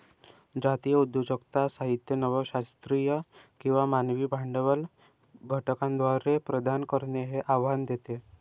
जातीय उद्योजकता साहित्य नव शास्त्रीय किंवा मानवी भांडवल घटकांद्वारे प्रदान करणे हे आव्हान देते